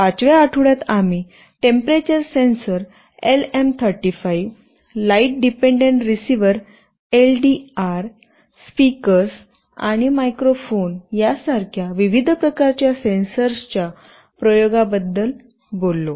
5 व्या आठवड्यात आम्ही temperature sensor L M 35 light dependent resistors LDR light dependent resistors speakers आणि मायक्रो फोन सारख्या विविध प्रकारच्या सेन्सर्सच्या प्रयोगाबद्दल बोललो